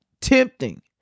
tempting